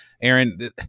Aaron